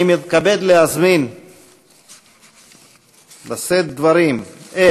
אני מתכבד להזמין לשאת דברים את